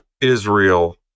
Israel